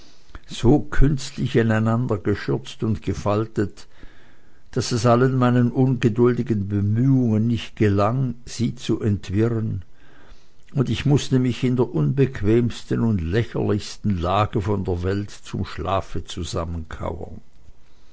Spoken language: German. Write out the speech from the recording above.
so künstlich ineinandergeschürzt und gefaltet daß es allen meinen ungeduldigen bemühungen nicht gelang sie zu entwirren und ich mußte mich in der unbequemsten und lächerlichsten lage von der welt zum schlafe